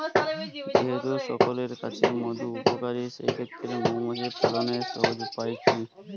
যেহেতু সকলের কাছেই মধু উপকারী সেই ক্ষেত্রে মৌমাছি পালনের সহজ উপায় কি?